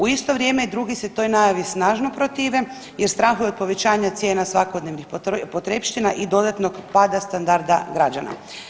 U isto vrijeme drugi se toj najavi snažno protive jer strahuju od povećanja cijena svakodnevnih potrepština i dodatnog pada standarda građana.